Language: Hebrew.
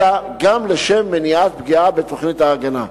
אלא גם לשם מניעת פגיעה בתוכנית ההגנה.